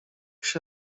się